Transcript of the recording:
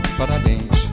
parabéns